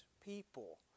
people